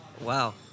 Wow